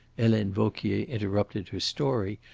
helene vauquier interrupted her story,